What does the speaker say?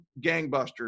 gangbusters